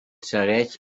segueix